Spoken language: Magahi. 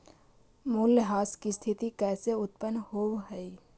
मूल्यह्रास की स्थिती कैसे उत्पन्न होवअ हई?